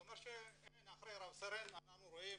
זה אומר שאחרי רב סרן אנחנו רואים,